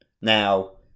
Now